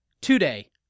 today